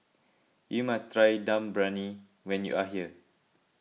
you must try Dum Briyani when you are here